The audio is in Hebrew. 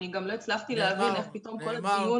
אני גם לא הצלחתי להבין איך פתאום כל הדיון